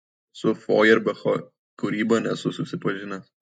su fojerbacho kūryba nesu susipažinęs